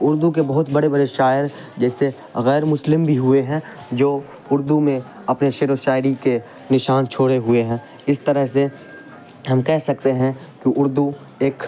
اردو کے بہت بڑے بڑے شاعر جیسے غیر مسلم بھی ہوئے ہیں جو اردو میں اپنے شعر و شاعری کے نشان چھوڑے ہوئے ہیں اس طرح سے ہم کہہ سکتے ہیں کہ اردو ایک